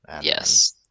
yes